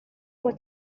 for